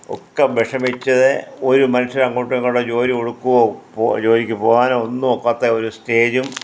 ഒക്കെ വിഷമിച്ച് ഒരു മനുഷ്യരും അങ്ങോട്ടോ ഇങ്ങോട്ടോ ജോലി കൊടുക്കുകയോ ജോലിക്ക് പോകാനോ ഒന്നും ഒക്കാത്ത ഒരു സ്റ്റേജും